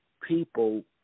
people